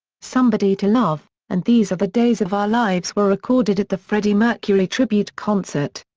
somebody to love and these are the days of our lives were recorded at the freddie mercury tribute concert.